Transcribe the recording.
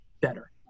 better